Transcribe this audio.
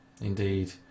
Indeed